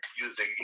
using